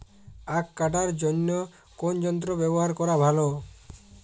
আঁখ কাটার জন্য কোন যন্ত্র ব্যাবহার করা ভালো?